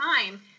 time